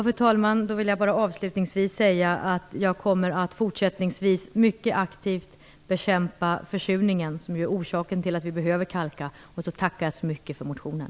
Fru talman! Jag vill avslutningsvis bara säga att jag i fortsättningen mycket aktivt kommer att bekämpa försurningen. Det är ju den som är orsaken till att vi behöver kalka. Så ber jag att få tacka så mycket för motionen.